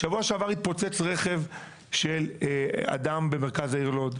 שבוע שעבר התפוצץ רכב של אדם במרכז העיר לוד,